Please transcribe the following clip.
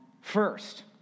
First